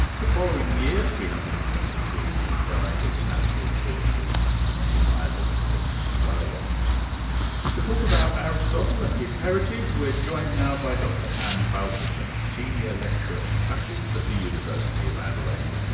the following year, three hundred and twenty two, he died of natural causes on the island of euboea. to talk about aristotle and his heritage, we're joined now by dr han baltussen, senior lecturer in classics at the university of adelaide.